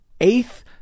eighth